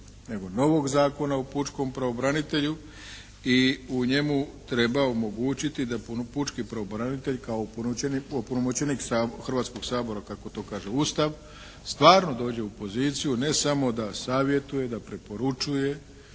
novog Zakona o pučkom pravobranitelju i u njemu treba omogućiti da pučki pravobranitelj kao opunomoćenih Hrvatskog sabora kako to kaže Ustav, stvarno dođe u poziciju ne samo da savjetuje, da preporučuje,